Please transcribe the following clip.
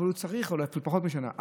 אולי אפילו פחות משנה.